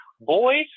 Boys